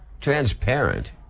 transparent